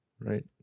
right